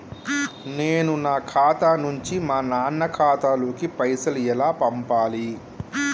నేను నా ఖాతా నుంచి మా నాన్న ఖాతా లోకి పైసలు ఎలా పంపాలి?